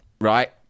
Right